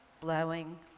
Blowing